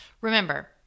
Remember